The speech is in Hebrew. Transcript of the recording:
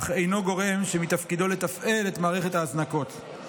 אך אינו גורם שמתפקידו לתפעל את מערכת ההזנקות.